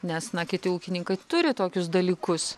nes na kiti ūkininkai turi tokius dalykus